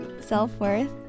Self-worth